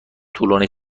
طولانی